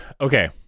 Okay